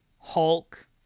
Hulk